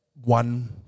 one